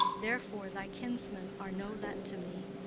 therefore thy kinsmen are no let to me.